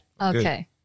Okay